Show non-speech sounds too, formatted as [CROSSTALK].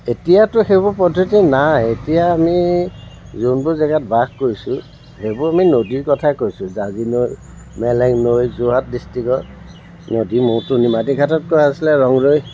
এতিয়াতো সেইবোৰ পদ্ধতি নাই এতিয়া আমি যোনবোৰ জেগাত বাস কৰিছোঁ সেইবোৰ আমি নদীৰ কথা কৈছোঁ জাঁজি নৈ মেলেং নৈ যোৰহাট ডিষ্ট্ৰিক্টৰ নদী [UNINTELLIGIBLE] নিমাতীঘাটত কৰা হৈছিলে ৰংদৈ